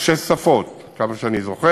יש שש שפות, עד כמה שאני זוכר.